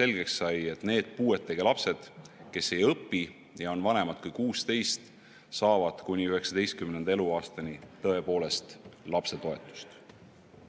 selgeks sai, et need puuetega lapsed, kes ei õpi ja on vanemad kui 16, saavad kuni 19. eluaastani tõepoolest lapsetoetust.